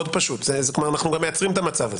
אנחנו גם מייצרים את המצב הזה.